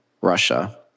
Russia